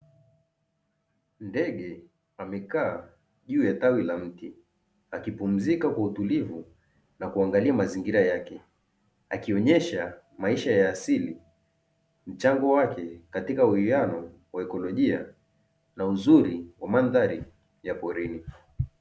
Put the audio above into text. Ndege amekaa juu ya tawi la mti akipumzika kwa utulivu na kuangalia mazingira yake akionyesha maisha ya asili, mchango wake katika uwiano wa ikolojia na uzuri wa mandhari ya porini.